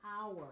power